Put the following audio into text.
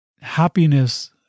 happiness